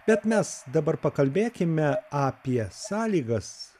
bet mes dabar pakalbėkime apie sąlygas